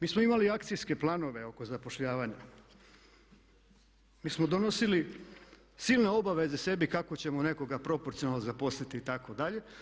Mi smo imali akcijske planove oko zapošljavanja, mi smo donosili silne obaveze sebi kako ćemo nekoga proporcionalno zaposliti itd.